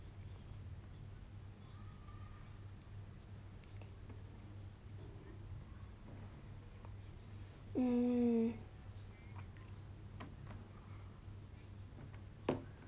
mm